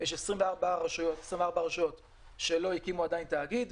ויש 24 רשויות שעדיין לא הקימו תאגיד,